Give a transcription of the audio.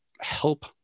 help